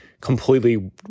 completely